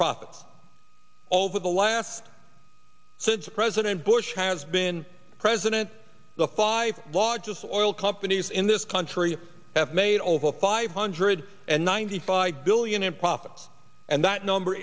profits over the last since president bush has been president the five largest oil companies in this country have made over five hundred and ninety five billion in profits and that number